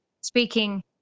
speaking